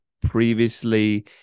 previously